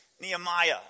Nehemiah